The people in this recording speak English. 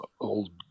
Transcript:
old